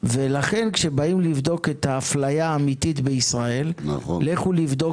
ולכן כשבאים לבדוק את האפליה האמיתית בישראל לכו לבדוק